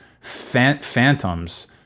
phantoms